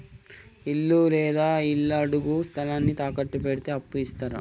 ఇల్లు లేదా ఇళ్లడుగు స్థలాన్ని తాకట్టు పెడితే అప్పు ఇత్తరా?